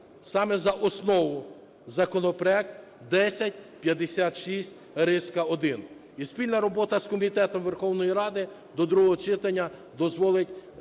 саме за основу законопроект 1056-1. Спільна робота з комітетом Верховної Ради до другого читання дозволить